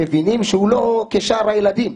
מבינים שהוא לא כשאר הילדים.